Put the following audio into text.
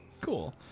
Cool